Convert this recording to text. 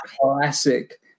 classic